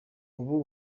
ubu